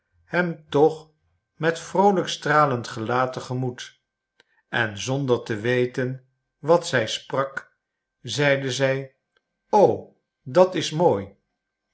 hem toch met vroolijk stralend gelaat te gemoet en zonder te weten wat zij sprak zeide zij o dat is mooi